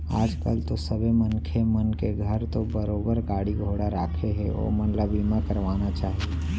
आज कल तो सबे मनखे मन के घर तो बरोबर गाड़ी घोड़ा राखें हें ओमन ल बीमा करवाना चाही